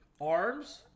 arms